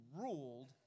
ruled